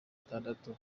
atandatu